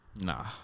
Nah